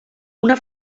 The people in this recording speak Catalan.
una